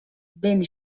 vent